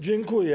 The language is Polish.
Dziękuję.